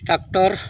tractor